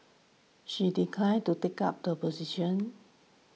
she declined to take up the position